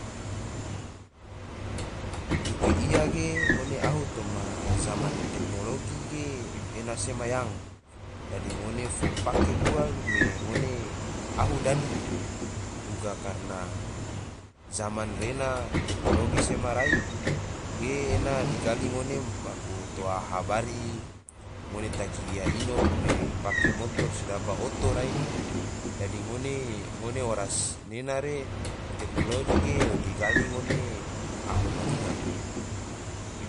Yuke ia ge, ngone ahu toma zaman teknologi ge ena sema yang, dadi ngone fo pake ua me ngone ahu dadi, duga karna zaman rena teknologi sema rai, ge ena digali ngone maku toma habari, ngone tagi ia ino pake motor sedaba oto rai, dadi ngone oras rena re, teknologi digali ngone ahu ma linga